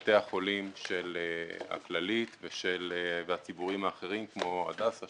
בתי החולים של הכללית והציבוריים האחרים כמו הדסה,